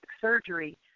surgery